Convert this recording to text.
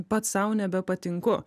pats sau nebepatinku